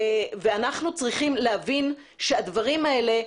אנחנו צריכים להבין שהדברים האלה,